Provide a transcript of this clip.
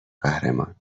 قهرمان